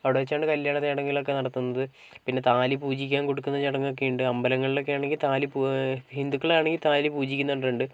അവിടെ വച്ചാണ് കല്യാണം ചടങ്ങെളൊക്കെ നടത്തുന്നത് പിന്നെ താലി പൂജിക്കാന് കൊടുക്കുന്ന ചടങ്ങാെക്കെയുണ്ട് അമ്പലങ്ങളില് ഒക്കെ ആണെങ്കിൽ താലി പൂ ഹിന്ദുകളാണെങ്കിൽ താലി പൂജിക്കുന്ന കണ്ടിട്ടുണ്ട്